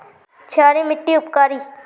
क्षारी मिट्टी उपकारी?